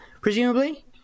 presumably